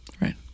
Right